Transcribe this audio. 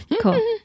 Cool